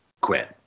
quit